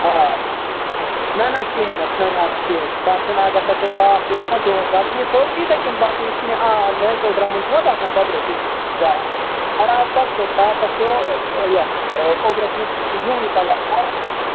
آ نہَ نہَ کِہیٖنٛۍ نہٕ نہَ نہَ کِہیٖنٛی تَتھ چھِنہٕ اَگر نہٕ تَتھ سُہ تاپھ تہِ آسہِ نا دۄہَس راتس سُہ حظ چھُ یِتھٕے کٔنۍ باسان یِتھٕ کٔنۍ آ نیچرل دَرمُن چھُناہ باسان قۄدرٔتی گاسہٕ بَرابر چھُو تاپس کیٛو یَتھ اوٚبرس منٛز ہِوُے کلر